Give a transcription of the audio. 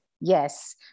yes